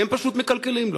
והם פשוט מקלקלים לו.